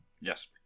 Yes